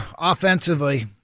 Offensively